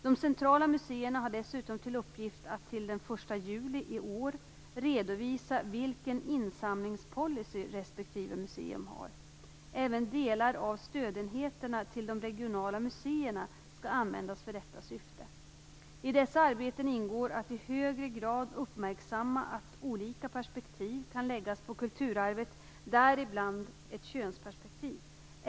De centrala museerna har dessutom till uppgift att till den 1 juli i år redovisa vilken insamlingspolicy respektive museum har. Även delar av stödenheterna till de regionala museerna skall användas för detta syfte. I dessa arbeten ingår att i högre grad uppmärksamma att olika perspektiv kan läggas på kulturarvet, däribland ett könsperspektiv.